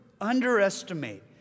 underestimate